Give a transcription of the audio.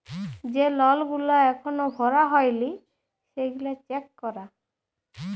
যে লল গুলা এখল ভরা হ্যয় লি সেগলা চ্যাক করা